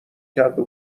کردو